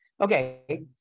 Okay